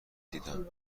دیدم